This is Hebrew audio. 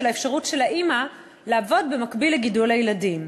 האפשרות של האימא לעבוד במקביל לגידול הילדים.